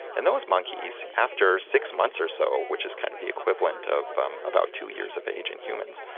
and those monkeys, after six months or so, which is kind of the equivalent of um about two years of age in humans,